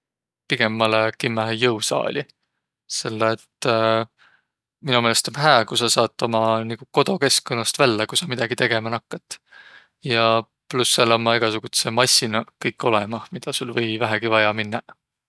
Pigem ma lää kimmähe jõusaali, sell et mino meelest om hää, ku sa saat uma nigu kodokeskkonnast vällä, ku sa midägi tegemä nakkat. Ja pluss sääl ommaq egäsugudsõq massinaq kõik olõmah, midä sul või vähägi vaia minnäq.